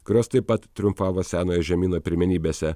kurios taip pat triumfavo senojo žemyno pirmenybėse